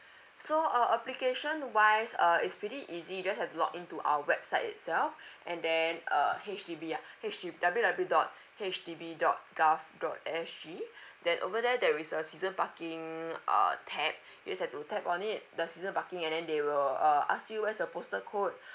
so uh application wise uh it's pretty easy just have to log in to our website itself and then uh H_D_B ah H_D W_W_W dot H D B dot gov dot S_G then over there there is a season parking err tab just have to tap on it the season parking and then they will uh ask you where's your postal code